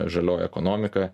žalioji ekonomika